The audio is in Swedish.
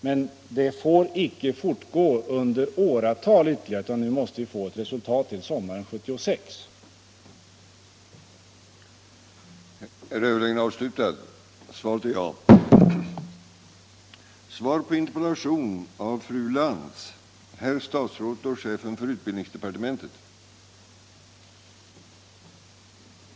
Men överläggningarna får inte fortgå under åratal ytterligare, utan vi måste få ett resultat till sommaren 1976.